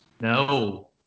No